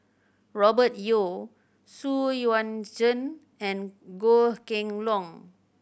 Robert Yeo Xu Yuan Zhen and Goh Kheng Long